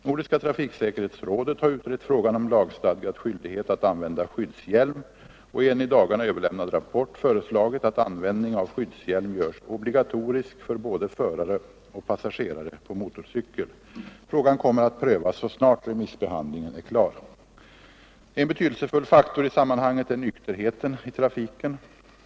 Nordiska trafiksäkerhetsrådet har utrett frågan om lagstadgad skyldighet att använda skyddshjälm och i en i dagarna överlämnad rapport föreslagit att användning av skyddshjälm görs obligatorisk för både förare och passagerare på motorcykel. Frågan kommer att prövas så snart remissbehandlingen är klar. En betydelsefull faktor i sammanhanget är nykterheten i trafiken.